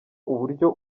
uburyo